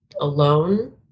alone